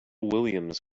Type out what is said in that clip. williams